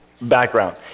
background